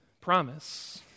Promise